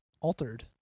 altered